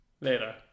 Later